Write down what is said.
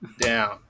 down